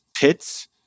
pits